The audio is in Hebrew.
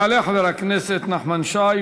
יעלה חבר הכנסת נחמן שי,